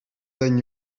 than